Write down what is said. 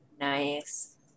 Nice